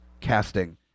casting